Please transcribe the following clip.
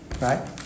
right